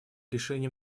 решении